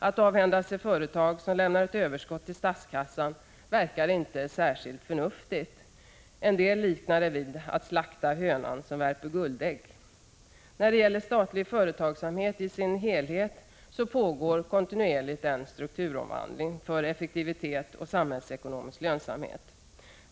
Att avhända sig företag som lämnar ett överskott till statskassan verkar inte särskilt förnuftigt. En del liknar detta vid att slakta hönan som värper guldägg. När det gäller statlig företagsamhet i sin helhet pågår kontinuerligt en strukturomvandling för effektivitet och samhällsekonomisk lönsamhet.